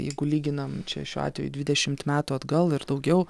jeigu lyginam čia šiuo atveju dvidešimt metų atgal ir daugiau